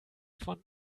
von